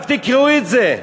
רק תקראו את זה.